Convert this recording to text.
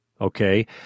Okay